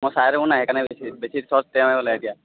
মই চাই থাকোঁ না সেইকাৰণে বেছি শ্বৰ্টছ তেওঁৰে ওলায় এতিয়া